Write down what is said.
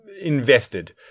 invested